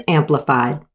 amplified